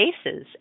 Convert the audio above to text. spaces